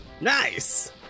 Nice